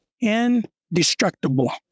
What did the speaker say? indestructible